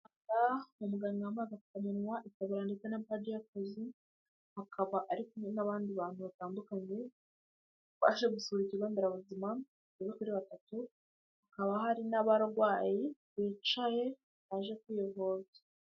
Umuganga wambaye agapfukamunwa itaburiya ndetse na baji y'akazi, akaba ari kumwe n'abandi bantu batandukanye, baje gusura ikigonderabuzima, bagera kuri batatu. Hakaba hari n'abarwayi bicaye baje kwivuza.